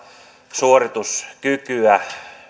suorituskykyä